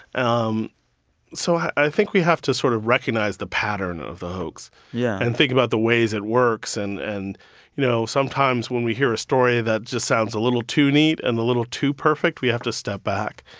um so i think we have to sort of recognize the pattern of the hoax. yeah. and think about the ways it works. and and, you know, sometimes when we hear a story that just sounds a little too neat and a little too perfect, we have to step back.